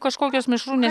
kažkokios mišrūnės